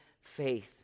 faith